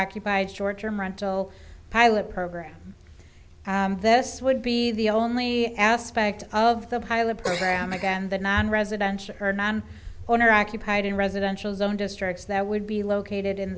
occupied short term rental pilot program this would be the only aspect of the pilot program again the nonresidential owner occupied in residential zone districts that would be located